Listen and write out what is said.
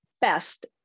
best